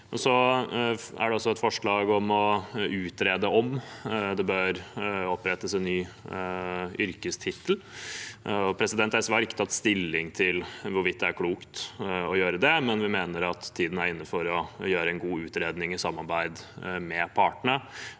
Det er også et forslag om å utrede om det bør opprettes en ny yrkestittel. SV har ikke tatt stilling til hvorvidt det er klokt å gjøre det, men vi mener at tiden er inne for å gjøre en god utredning i samarbeid med partene,